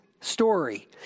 story